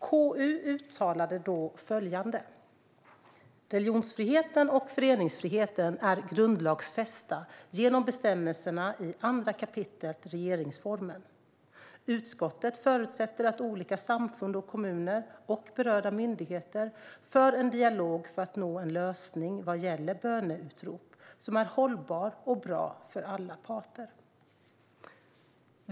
KU uttalade då följande: "Religionsfriheten och föreningsfriheten är grundlagsfästa genom bestämmelserna i 2 kap. RF. Utskottet förutsätter att olika samfund och kommunerna och berörda myndigheter för en dialog för att nå en lösning vad gäller böneutrop som är hållbar och bra för alla parter."